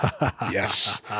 Yes